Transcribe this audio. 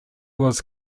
was